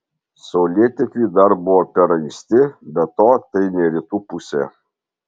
saulėtekiui dar buvo per anksti be to tai ne rytų pusė